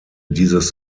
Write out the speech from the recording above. dieses